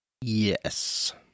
Yes